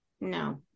no